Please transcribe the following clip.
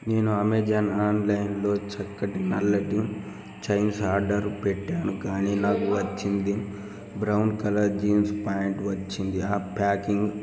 నేను అమెజాన్ ఆన్లైన్లో చక్కటి నల్లటి జీన్స్ ఆర్డర్ పెట్టాను కానీ నాకు వచ్చింది బ్రౌన్ కలర్ జీన్స్ ప్యాంట్ వచ్చింది ఆ ప్యాకింగ్